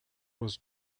was